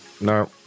no